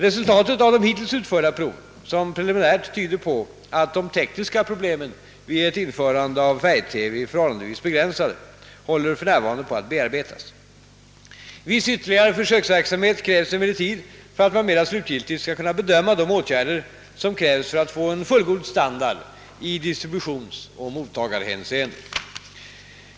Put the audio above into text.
Resultatet av de hittills utförda proven, som preliminärt tyder på att de tekniska problemen vid ett införande av färg TV är förhållandevis begränsade, håller för närvarande på att bearbetas. Viss = ytterligare = försöksverksamhet krävs emellertid för att man mera slutgiltigt skall kunna bedöma de åtgärder, som krävs för att få fullgod standard i distributionsoch mottagarhänseende.